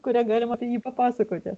kurią galima apie jį papasakoti